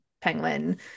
penguin